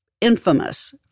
infamous